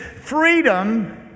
freedom